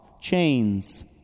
chains